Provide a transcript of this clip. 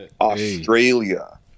australia